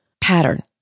pattern